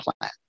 plan